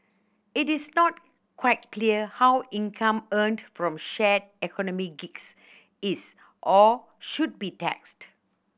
it is not quite clear how income earned from shared economy gigs is or should be taxed